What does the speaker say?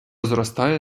зростає